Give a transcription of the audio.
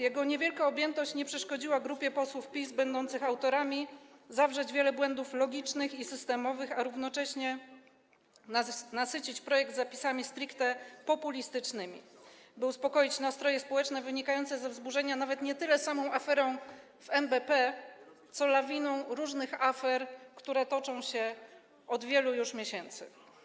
Jego niewielka objętość nie przeszkodziła grupie posłów PiS będących jego autorami zawrzeć w nim wielu błędów logicznych i systemowych, a równocześnie nasycić projektu zapisami stricte populistycznymi, by uspokoić nastroje społeczne wynikające ze wzburzenia nawet nie tyle samą aferą w NBP, co lawiną różnych afer, które toczą się od wielu już miesięcy.